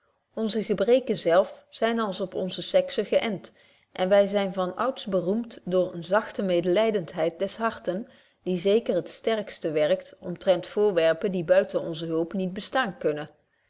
onze gebreken zelf zyn als op onze sexe geënt en wy zyn van betje wolff proeve over de opvoeding ouds beroemd door eene zachte medelydenheid des harten die zeker het sterkste werkt omtrent voorwerpen die buiten onze hulp niet bestaan kunnen